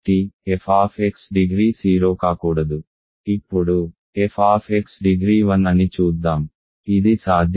ఇప్పుడు f degree 1 అని చూద్దాం ఇది సాధ్యమేనా